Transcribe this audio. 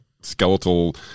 skeletal